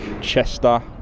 Chester